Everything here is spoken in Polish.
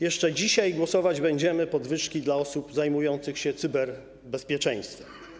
Jeszcze dzisiaj głosować będziemy nad podwyżkami dla osób zajmujących się cyberbezpieczeństwem.